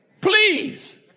Please